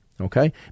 okay